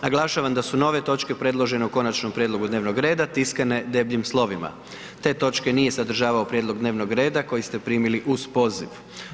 Naglašavam da su nove točke predložene u konačnom prijedlogu dnevnog reda tiskane debljim slovima, te točke nije sadržavao prijedlog dnevnog reda koji ste primili uz poziv.